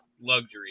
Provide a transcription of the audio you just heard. luxury